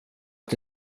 att